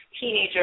teenager